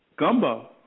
Gumbo